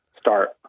start